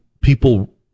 people